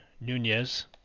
Nunez